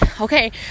Okay